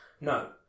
No